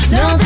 no